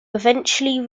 eventually